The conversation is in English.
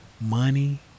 Money